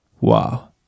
Wow